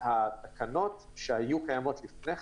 התקנות שהיו קיימות לפני כן,